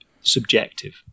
subjective